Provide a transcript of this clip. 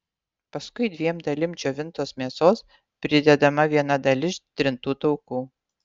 paskui dviem dalim džiovintos mėsos pridedama viena dalis trintų taukų